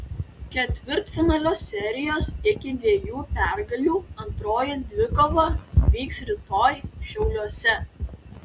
ketvirtfinalio serijos iki dviejų pergalių antroji dvikova vyks rytoj šiauliuose